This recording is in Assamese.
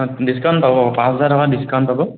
অঁ ডিচকাউণ্ট পাব পাঁচ হাজাৰ টকা ডিচকাউণ্ট পাব